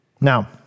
Now